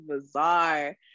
bizarre